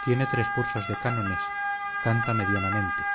tiene tres cursos de cánones canta medianamente